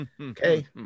Okay